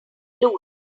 lose